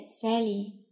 Sally